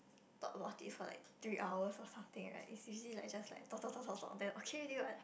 talk about it for like three hours or something right it's usually like just like talk talk talk talk talk then okay already what